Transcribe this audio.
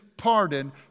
pardon